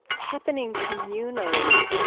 happening communally.